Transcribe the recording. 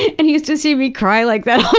and he used to see me cry like that